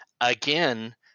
Again